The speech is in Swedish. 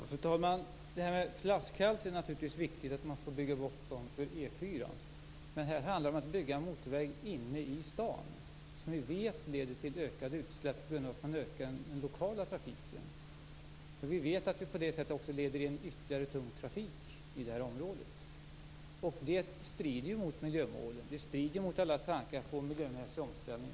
Fru talman! Det är viktigt att bygga bort flaskhalsarna för E 4. Men här handlar det om att bygga en motorväg inne i staden, som vi vet leder till ökade utsläpp på grund av den ökade lokaltrafiken. Vi vet att det på det sättet leder till ytterligare tung trafik i området. Det strider mot miljömålen och tanken på miljömässig omställning.